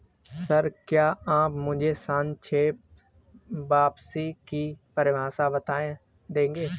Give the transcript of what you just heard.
Sir, क्या आप मुझे सापेक्ष वापसी की परिभाषा बता देंगे?